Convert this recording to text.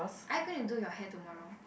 are you going to do your hair tomorrow